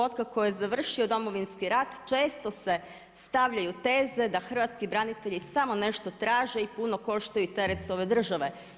Od kako je završio Domovinski rat često se stavljaju teze da hrvatski branitelji samo nešto traže i puno koštaju i teret su ove države.